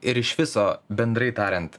ir iš viso bendrai tariant